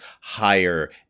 higher